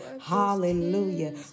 Hallelujah